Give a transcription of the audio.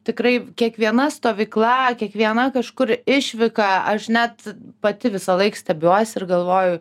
tikrai kiekviena stovykla kiekviena kažkur išvyką aš net pati visąlaik stebiuos ir galvoju